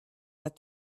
but